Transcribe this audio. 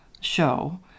show